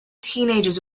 teenagers